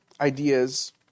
ideas